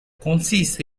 consiste